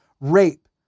rape